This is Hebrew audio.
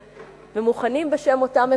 ומוכנים בשם אותם עקרונות